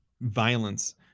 violence